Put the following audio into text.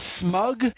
smug